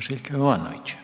Željko